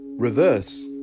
Reverse